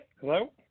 Hello